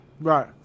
Right